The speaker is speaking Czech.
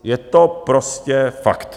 Je to prostě fakt.